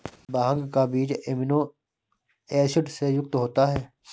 भांग का बीज amino acid से युक्त होता है